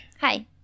Hi